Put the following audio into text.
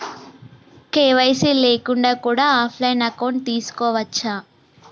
KYC లేకుండా కూడా offline account తీసుకోవచ్చా?